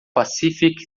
pacific